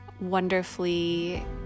wonderfully